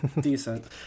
Decent